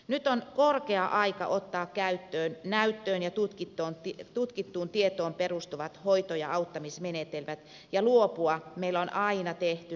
nyt on korkea aika ottaa käyttöön näyttöön ja tutkittuun tietoon perustuvat hoito ja auttamismenetelmät ja luopua meillä on aina tehty näin mallista